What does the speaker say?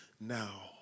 now